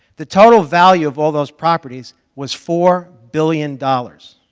the total value of all those properties was four billion dollars.